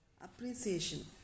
Appreciation